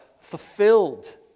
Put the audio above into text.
fulfilled